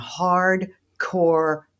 hardcore